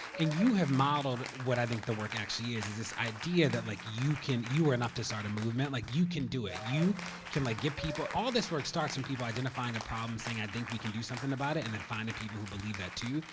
and you have modeled what i think the work actually is is this idea that like you can you are enough to start a movement. like you can do it you can like get people all this work starts when and people identifying a problem saying, i think we can do something about it. and then finding people who believe that, too.